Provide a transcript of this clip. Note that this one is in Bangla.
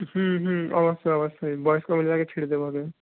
হুম হুম অবশ্যই অবশ্যই বয়স্ক মহিলাকে ছেড়ে দেবো আগে